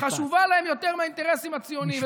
חשובה להם יותר מהאינטרסים הציוניים.